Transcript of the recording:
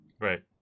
right